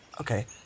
Okay